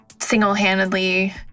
single-handedly